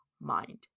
mind